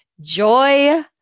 joy